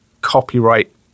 copyright